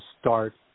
start